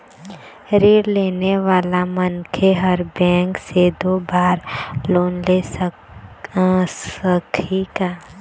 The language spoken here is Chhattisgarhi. ऋण लेने वाला मनखे हर बैंक से दो बार लोन ले सकही का?